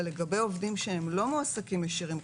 אבל לגבי עובדים שלא מועסקים ישירים,